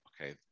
okay